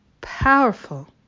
powerful